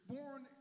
Born